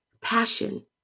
passion